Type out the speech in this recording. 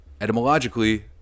etymologically